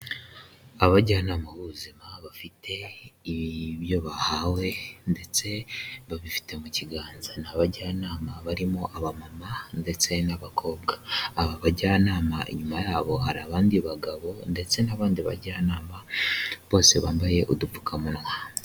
Abajyanama b'ubuzima bafite ibyo bahawe ndetse babifite mu kiganza, ni abajyanama barimo aba mama ndetse n'abakobwa, aba bajyanama inyuma yabo hari abandi bagabo ndetse n'abandi bajyanama bose bambaye udupfukamunwa.